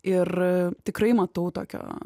ir tikrai matau tokio